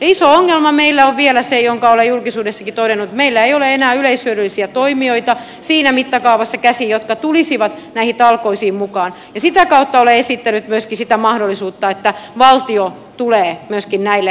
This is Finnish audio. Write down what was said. iso ongelma meillä on vielä se jonka olen julkisuudessakin todennut että meillä ei ole enää siinä mittakaavassa yleishyödyllisiä toimijoita jotka tulisivat näihin talkoisiin mukaan ja sitä kautta olen esittänyt myöskin sitä mahdollisuutta että valtio tulee myöskin näissä asioissa peliin